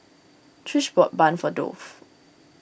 Trish bought bun for Dolph